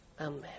amen